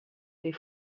tes